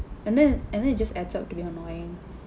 and then and then it just adds up to be annoying